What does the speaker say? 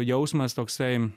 jausmas toksai